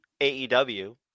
AEW